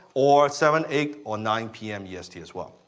or seven, eight or nine pm yeah est as well.